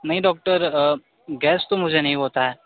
नहीं doctor gas तो मुझे नहीं होता है